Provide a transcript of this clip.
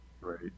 right